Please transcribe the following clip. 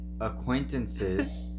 acquaintances